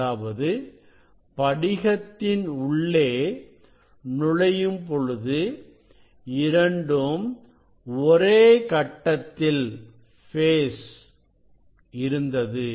அதாவது படிகத்தின் உள்ளே நுழையும் பொழுது இரண்டும் ஒரே கட்டத்தில் இருந்தது